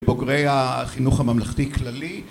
בוגרי החינוך הממלכתי כללי